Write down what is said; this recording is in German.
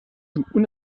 richtung